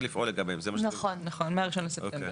נכון, מה-1 בספטמבר.